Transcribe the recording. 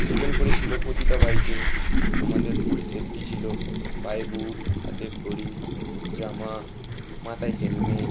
দু জন করে ছিল প্রতিটা বাইকে আমাদের ফুল সেফটি ছিল পায়ে বুট হাতে ঘড়ি জামা মাথায় হেলমেট